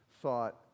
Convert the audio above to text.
thought